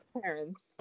parents